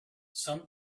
some